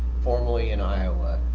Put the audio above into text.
formally in iowa.